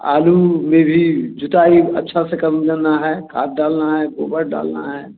आलू में भी जुताई अच्छा से कर लेना है खाद डालना है गोबर डालना है